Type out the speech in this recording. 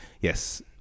Yes